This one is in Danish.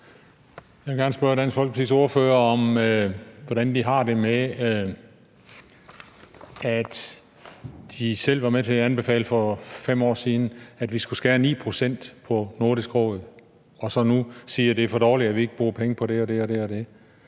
Jeg vil gerne spørge Dansk Folkepartis ordfører, hvordan hun har det med, at DF selv for 5 år siden var med til at anbefale, at vi skulle skære 9 pct. på Nordisk Råd. Og nu siger de så, det er for dårligt, at vi ikke bruger penge på det og det og det. Er det